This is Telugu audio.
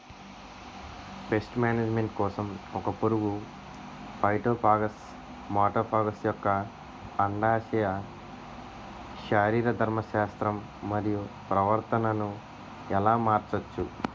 పేస్ట్ మేనేజ్మెంట్ కోసం ఒక పురుగు ఫైటోఫాగస్హె మటోఫాగస్ యెక్క అండాశయ శరీరధర్మ శాస్త్రం మరియు ప్రవర్తనను ఎలా మార్చచ్చు?